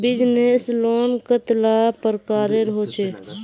Business loan कतेला प्रकारेर होचे?